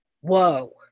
whoa